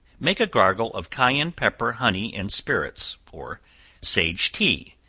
make a gargle of cayenne pepper, honey and spirits, or sage tea,